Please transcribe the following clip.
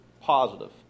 positive